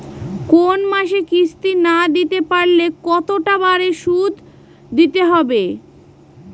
কোন মাসে কিস্তি না দিতে পারলে কতটা বাড়ে সুদ দিতে হবে?